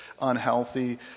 unhealthy